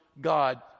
God